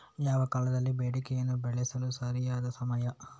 ಯಾವ ಕಾಲದಲ್ಲಿ ಬೆಂಡೆಕಾಯಿಯನ್ನು ಬೆಳೆಸಲು ಸರಿಯಾದ ಸಮಯ?